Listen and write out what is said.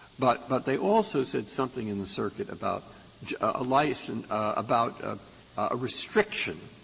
but but they also said something in the circuit about a license about ah a restriction,